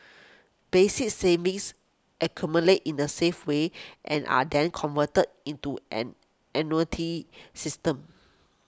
basic savings accumulate in a safe way and are then converted into an annuity system